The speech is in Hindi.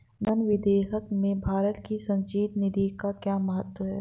धन विधेयक में भारत की संचित निधि का क्या महत्व है?